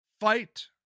fight